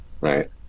right